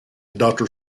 doctor